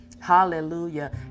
Hallelujah